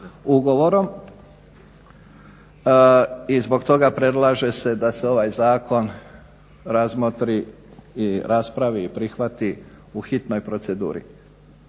ugovorom i zbog toga predlaže se da se ovaj zakon razmotri i raspravi i prihvati u hitnoj proceduri.